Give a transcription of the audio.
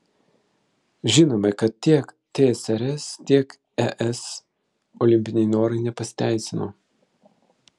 žinome kad tiek tsrs tiek ir es olimpiniai norai nepasiteisino